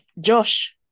Josh